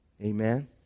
Amen